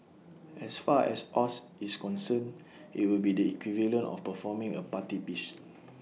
as far as Oz is concerned IT would be the equivalent of performing A party piece